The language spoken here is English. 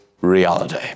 reality